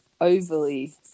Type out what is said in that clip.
overly